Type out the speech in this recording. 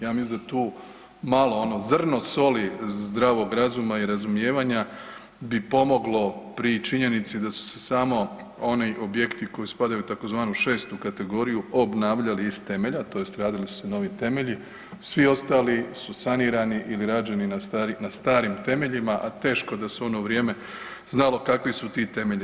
Ja mislim da je tu malo ono zrno soli zdravog razuma i razumijevanja bi pomoglo pri činjenici da su se samo oni objekti koji spadaju u tzv. VI. kategoriju, obnavljali iz temelja, tj. radili su se novi temelji, svi ostali su sanirani ili rađeni na starim temeljima a teško da se u ono vrijeme znalo kakvu su ti temelji.